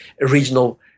regional